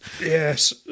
Yes